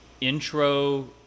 intro